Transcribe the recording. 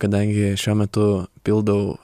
kadangi šiuo metu pildau